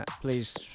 Please